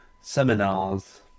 seminars